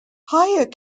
higher